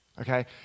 Okay